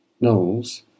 Knowles